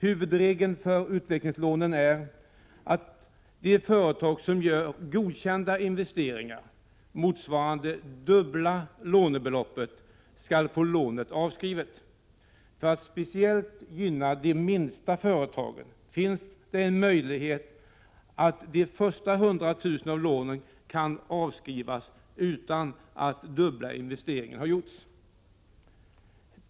Huvudregeln för utvecklingslånen är att de företag som gör godkända investeringar motsvarande dubbla lånebeloppet skall få lånet avskrivet. För att speciellt gynna de minsta företagen finns möjligheten att avskriva de första 100 000 kronorna av lånet utan att dubbla investeringar gjorts.